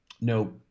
no